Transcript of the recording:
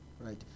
right